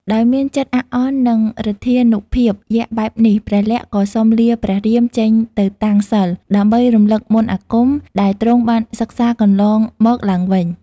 ដោយមានចិត្តអាក់អន់ នឹង ឫទ្ធានុភាពយក្សបែបនេះ ព្រះលក្សណ៍ក៏សុំលាព្រះរាមចេញទៅតាំងសិល្ប៍ ដើម្បីរំលឹកមន្តអាគមដែលទ្រង់បានសិក្សាកន្លងមកឡើងវិញ។